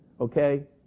Okay